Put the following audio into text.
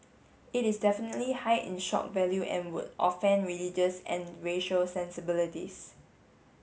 it is definitely high in shock value and would offend religious and racial sensibilities